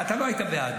אתה לא היית בעד.